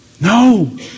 No